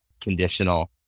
conditional